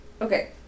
Okay